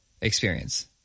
experience